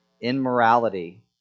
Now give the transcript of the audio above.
immorality